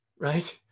right